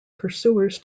pursuers